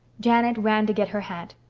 janet ran to get her hat.